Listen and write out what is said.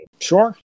Sure